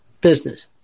business